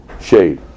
shade